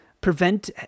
prevent